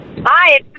Hi